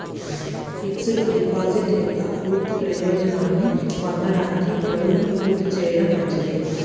fixed deposit యొక్క పూర్తి ప్రయోజనాన్ని పొందడానికి, గడువును పూర్తి చేయడం మంచిది